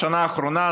בשנה האחרונה,